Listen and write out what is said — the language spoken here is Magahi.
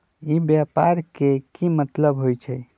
ई व्यापार के की मतलब होई छई?